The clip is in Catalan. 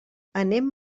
anem